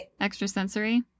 Extrasensory